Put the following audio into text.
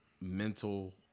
mental